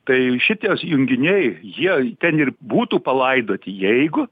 tai šitie junginiai jie ten ir būtų palaidoti jeigu